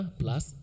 plus